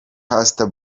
pastor